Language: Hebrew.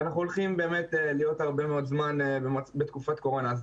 ואנחנו הולכים באמת להיות הרבה מאוד זמן בתקופת קורונה.